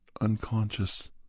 unconscious